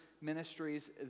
ministries